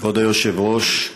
כבוד היושב-ראש,